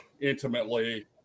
intimately